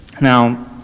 Now